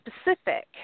specific